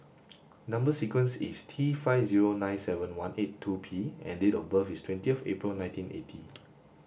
number sequence is T five zero nine seven one eight two P and date of birth is twenty of April nineteen eighty